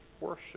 worship